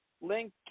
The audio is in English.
link